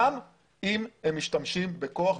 גם אם הם משתמשים בכוח.